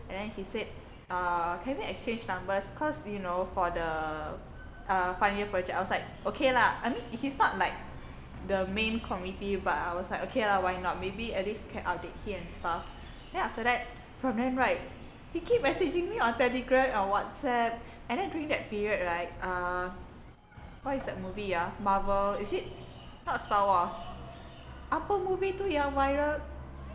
and then he said uh can we exchange numbers cause you know for the uh final year project I was like okay lah I mean he's not like the main committee but I was like okay lah why not maybe at least can update him and stuff then after that from then right he keep messaging me on telegram on whatsapp and then during that period right uh what is that movie ah marvel is it not star wars apa movie tu yang viral